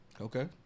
Okay